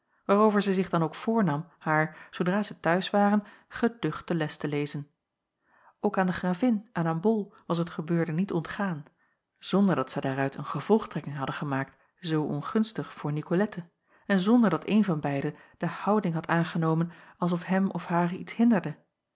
waarover zij zich dan ook voornam haar zoodra zij t huis waren geducht de les te lezen ook aan de gravin en aan bol was het gebeurde niet ontgaan zonder dat zij daaruit een gevolgtrekking hadden gemaakt zoo ongunstig voor nicolette en zonder dat een van beiden de houding had aangenomen als of hem of haar iets hinderde